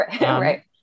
right